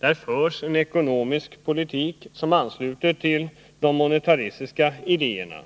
Den för en ekonomisk politik som ansluter till de monetariska idéerna